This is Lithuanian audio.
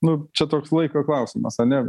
nu čia toks laiko klausimas ane